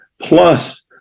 plus